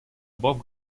above